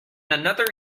another